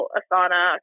asana